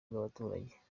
bw’abaturage